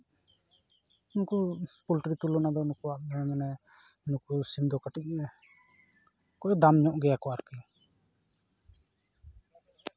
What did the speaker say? ᱱᱩᱠᱩ ᱯᱳᱞᱴᱨᱤ ᱛᱩᱞᱚᱱᱟ ᱫᱚ ᱱᱩᱠᱩᱣᱟᱜ ᱫᱚ ᱢᱟᱱᱮ ᱱᱩᱠᱩ ᱥᱤᱢ ᱫᱚ ᱠᱟᱹᱴᱤᱡ ᱠᱚ ᱫᱟᱢ ᱧᱚᱜ ᱜᱮᱭᱟ ᱠᱚ ᱟᱨᱠᱤ